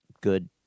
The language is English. good